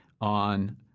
on